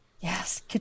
Yes